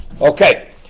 Okay